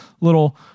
little